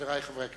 חברי חברי הכנסת,